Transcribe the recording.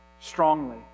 strongly